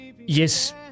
yes